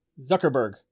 Zuckerberg